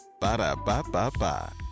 Ba-da-ba-ba-ba